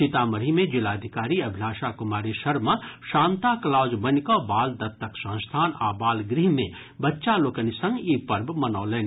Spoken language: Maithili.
सीतामढ़ी मे जिलाधिकारी अभिलाषा कुमारी शर्मा सांता क्लॉज बनिकऽ बालदत्तक संस्थान आ बालगृह मे बच्चा लोकनि संग ई पर्व मनौलनि